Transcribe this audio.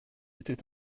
était